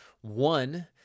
One